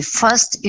first